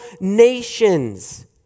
nations